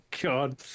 god